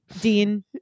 Dean